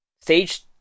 Stage